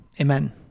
amen